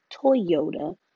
Toyota